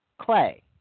clay